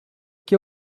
que